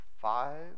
five